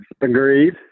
agreed